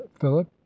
philip